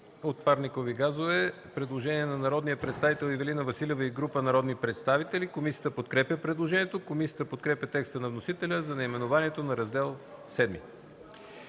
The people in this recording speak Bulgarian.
и верификация”. Предложение на народния представител Ивелина Василева и група народни представители. Комисията подкрепя предложението. Комисията подкрепя текста на вносителя за наименованието на Раздел